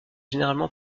généralement